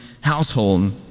household